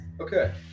Okay